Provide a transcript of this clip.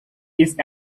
ist